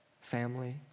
family